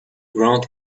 ground